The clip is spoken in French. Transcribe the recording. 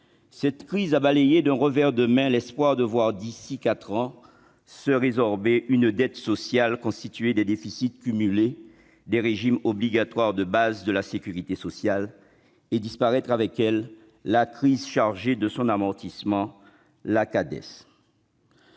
Cette crise a balayé d'un revers de main l'espoir de voir se résorber, d'ici à quatre ans, une dette sociale composée des déficits cumulés des régimes obligatoires de base de la sécurité sociale et disparaître avec elle la caisse chargée de son amortissement, la Cades.